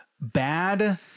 bad